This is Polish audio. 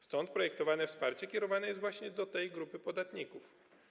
Stąd projektowane wsparcie kierowane jest właśnie do tej grupy podatników.